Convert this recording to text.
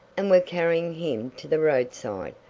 and were carrying him to the roadside,